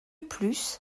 plus